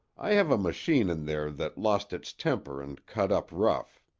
i have a machine in there that lost its temper and cut up rough.